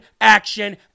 action